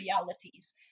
realities